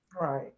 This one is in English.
right